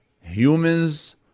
Humans